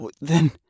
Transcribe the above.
Then-